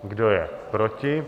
Kdo je proti?